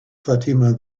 fatima